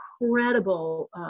incredible